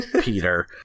Peter